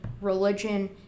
religion